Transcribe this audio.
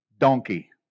donkey